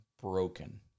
broken